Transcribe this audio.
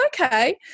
okay